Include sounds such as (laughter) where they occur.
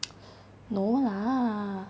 (breath) no lah